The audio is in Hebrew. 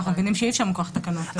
אנחנו מבינים שאי-אפשר מכוח התקנות להאריך.